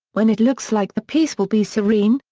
when it looks like the piece will be serene,